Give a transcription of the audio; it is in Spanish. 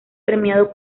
premiado